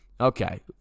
Okay